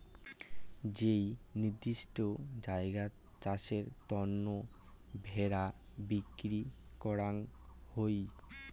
যেই নির্দিষ্ট জায়গাত চাষের তন্ন ভেড়া বিক্রি করাঙ হউ